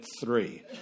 three